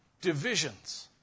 Divisions